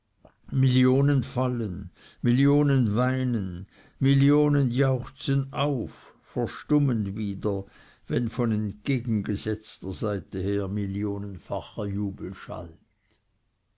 fallen millionen weinen millionen jauchzen auf verstummen wieder wenn von entgegengesetzter seite her millionenfacher jubel schallt